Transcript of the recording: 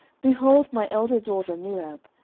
behold my elder daughter merab,